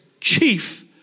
chief